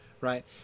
Right